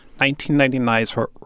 1999's